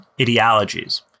ideologies